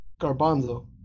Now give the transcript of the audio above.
Garbanzo